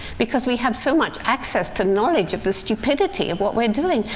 because we have so much access to knowledge of the stupidity of what we're doing.